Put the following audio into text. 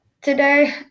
today